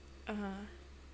(uh huh)